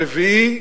הרביעי,